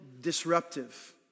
disruptive